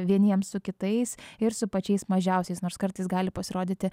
vieniems su kitais ir su pačiais mažiausiais nors kartais gali pasirodyti